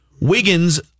Wiggins